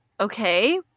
okay